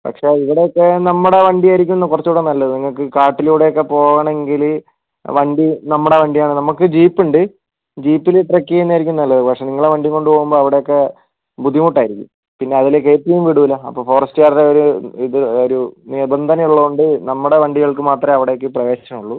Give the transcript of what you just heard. പക്ഷേ ഇവിടെ ഒക്കെ നമ്മടെ വണ്ടി ആയിരിക്കും കുറച്ച് കൂടെ നല്ലത് നിങ്ങക്ക് കാട്ടിലൂടെ ഒക്കെ പോകണെങ്കിൽ വണ്ടി നമ്മടെ വണ്ടി ആണ് നമ്മക്ക് ജീപ്പ് ഉണ്ട് ജീപ്പിൽ ട്രെക്ക് ചെയ്യുന്നതായിരിക്കും നല്ലത് പക്ഷേ നിങ്ങളെ വണ്ടി കൊണ്ട് പോവുമ്പോ അവിടെ ഒക്കെ ബുദ്ധിമുട്ടായിരിക്കും പിന്നെ അതുപോലെ കേറ്റിയും വിടൂല്ല അപ്പോൾ ഫോറസ്റ്റ്കാരുടെ ഒരു ഇത് ഒരു നിബന്ധന ഉള്ളൊണ്ട് നമ്മുടെ വണ്ടികൾക്ക് മാത്രമേ അവിടേക്ക് പ്രവേശനുള്ളൂ